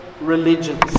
religions